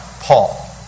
Paul